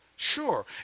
Sure